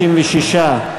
56,